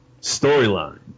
storyline